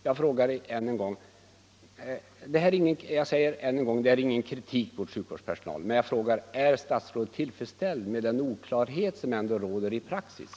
Jag säger än en gång, att detta inte är någon kritik mot sjukvårdspersonalen. Och jag upprepar min fråga: Är statsrådet tillfredsställd med den oklarhet som råder i praxis?